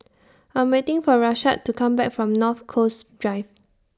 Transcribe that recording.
I'm waiting For Rashad to Come Back from North Coast Drive